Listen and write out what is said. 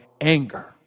anger